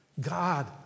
God